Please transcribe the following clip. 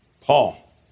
Paul